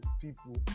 people